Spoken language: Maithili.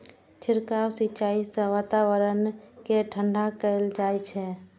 छिड़काव सिंचाइ सं वातावरण कें ठंढा कैल जाइ छै